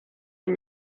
dem